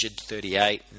38